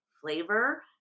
flavor